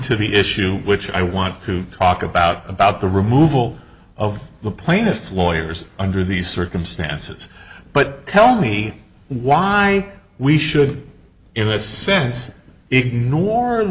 to the issue which i want to talk about about the removal of the plaintiff lawyers under these circumstances but tell me why we should in a sense ignore